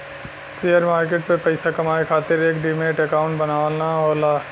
share market में पइसा कमाये खातिर एक डिमैट अकांउट बनाना होला